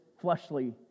fleshly